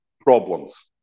problems